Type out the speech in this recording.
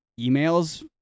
emails